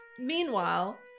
Meanwhile